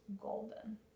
golden